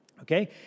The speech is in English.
Okay